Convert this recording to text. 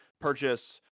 purchase